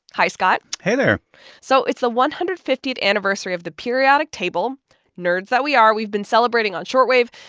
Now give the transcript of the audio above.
hi, scott hey there so it's the one hundred and fiftieth anniversary of the periodic table nerds that we are, we've been celebrating on short wave.